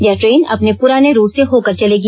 यह ट्रेन अपने पुराने रूट से होकर चलेगी